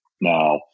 now